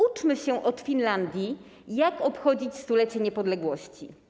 Uczmy się od Finlandii, jak obchodzić 100-lecie niepodległości.